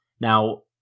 now